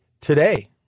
today